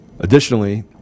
Additionally